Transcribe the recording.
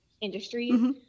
industries